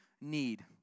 need